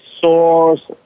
source